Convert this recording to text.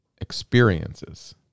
experiences